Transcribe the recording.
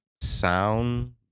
sound